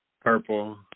Purple